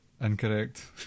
Incorrect